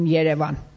Yerevan